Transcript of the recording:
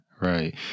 right